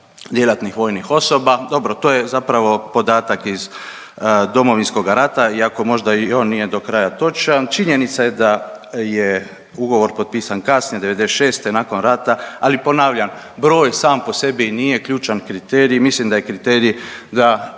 djelatnih vojnih osoba, dobro to je zapravo podatak iz Domovinskoga rata iako možda i on nije do kraja točan. Činjenica je da je ugovor potpisan kasnije '96. nakon rata, ali ponavljam broj sam po sebi nije ključan kriterij. Mislim da je kriterij da